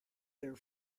their